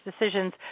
decisions